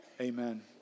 Amen